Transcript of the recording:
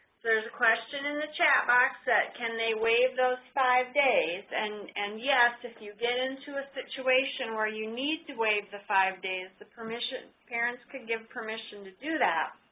there is a question in the chat box that can they waive those five days? and and yes if you get into a situation where you need to waive the five days the permission parents could give permission to do that